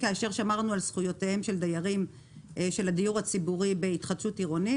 כאשר שמרנו על זכויותיהם של דיירי הדיור הציבורי בהתחדשות עירונית.